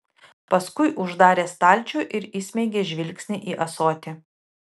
paskui uždarė stalčių ir įsmeigė žvilgsnį į ąsotį